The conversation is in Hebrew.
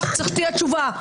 צריך שתהיה תשובה.